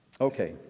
okay